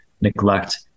neglect